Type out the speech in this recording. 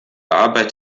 arbeit